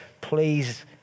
please